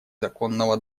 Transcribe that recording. законного